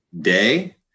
day